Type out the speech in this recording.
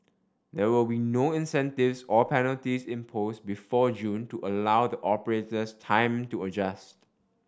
there will be no incentives or penalties imposed before June to allow the operators time to adjust